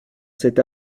cet